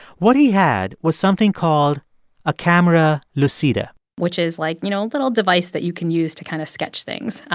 what he had was something called a camera lucida which is like, you know, a little device that you can use to kind of sketch things.